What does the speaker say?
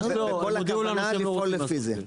בכל הכוונה לפעול לפי זה.